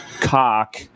cock